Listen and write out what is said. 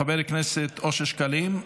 חבר הכנסת אושר שקלים,